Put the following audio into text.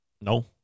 No